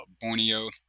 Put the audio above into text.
Borneo